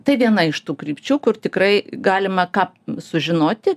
tai viena iš tų krypčių kur tikrai galima ką sužinoti